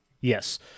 Yes